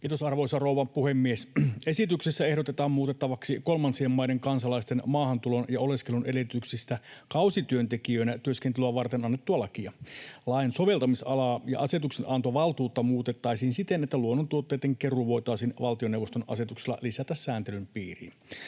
Kiitos, arvoisa rouva puhemies! Esityksessä ehdotetaan muutettavaksi kolmansien maiden kansalaisten maahantulon ja oleskelun edellytyksistä kausityöntekijöinä työskentelyä varten annettua lakia. Lain soveltamisalaa ja asetuksenantovaltuutta muutettaisiin siten, että luonnontuotteitten keruu voitaisiin valtioneuvoston asetuksella lisätä sääntelyn piiriin.